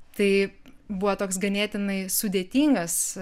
tai buvo toks ganėtinai sudėtingas